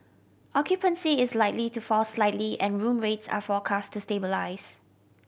occupancy is likely to fall slightly and room rates are forecast to stabilise